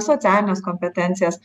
socialines kompetencijas